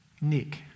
Nick